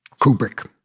Kubrick